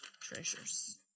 treasures